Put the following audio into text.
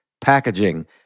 packaging